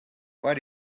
what